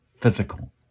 physical